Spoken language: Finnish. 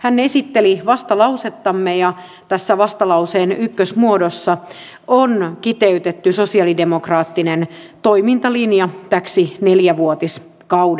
hän esitteli vastalausettamme ja tässä vastalauseen ykkösmuodossa on kiteytetty sosialidemokraattinen toimintalinja täksi nelivuotiskaudeksi